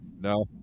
No